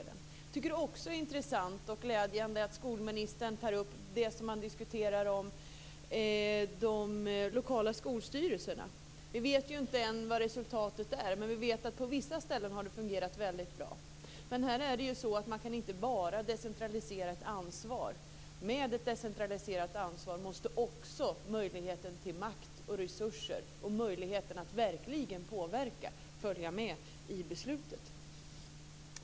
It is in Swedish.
Jag tycker också att det är intressant och glädjande att skolministern tar upp det som man diskuterar om de lokala skolstyrelserna. Vi vet inte än vad resultatet blir. Men vi vet att det har fungerat väldigt bra på vissa ställen. Men här är det så att man inte bara kan decentralisera ett ansvar. Med ett decentraliserat ansvar måste också möjligheten till makt, resurser och möjligheten att verkligen påverka följa med i beslutet.